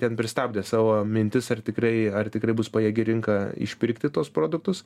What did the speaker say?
ten pristabdė savo mintis ar tikrai ar tikrai bus pajėgi rinka išpirkti tuos produktus